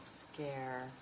scare